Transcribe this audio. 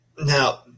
Now